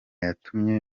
yatumye